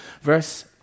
Verse